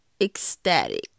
ecstatic